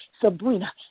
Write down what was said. Sabrina